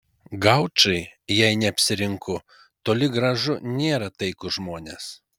gaučai jei neapsirinku toli gražu nėra taikūs žmonės